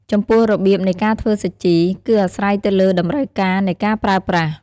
ចំពោះរបៀបនៃការធ្វើសាជី គឺអាស្រ័យទៅលើតម្រូវការនៃការប្រើប្រាស់។